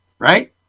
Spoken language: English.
Right